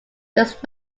does